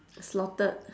slaughtered